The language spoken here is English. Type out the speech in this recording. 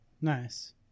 Nice